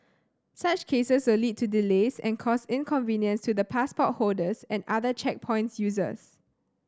such cases a lead to delays and cause inconvenience to the passport holders and other checkpoints users